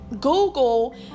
Google